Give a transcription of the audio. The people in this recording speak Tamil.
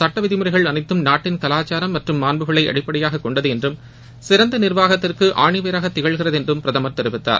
சுட்ட விதிமுறைகள் அனைத்தும் நாட்டின் கவாச்சாரம் மற்றும் மாண்புகளை அடிப்படையாக கொண்டது என்றும் சிறந்த நிர்வாகத்திற்கு ஆணிவேராக திகழ்கிறது என்றும் பிரதமர் தெரிவித்தார்